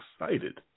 excited